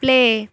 play